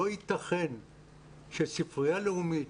לא ייתכן שספרייה לאומית,